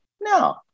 No